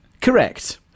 Correct